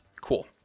Cool